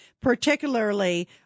particularly